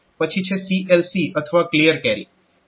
પછી છે CLC અથવા ક્લીયર કેરી